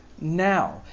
now